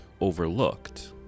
overlooked